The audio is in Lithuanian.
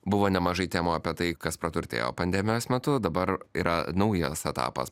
buvo nemažai temų apie tai kas praturtėjo pandemijos metu dabar yra naujas etapas